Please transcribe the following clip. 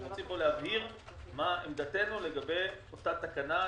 אנחנו רוצים פה להבהיר מה עמדתנו לגבי אותה תקנה,